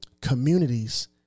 communities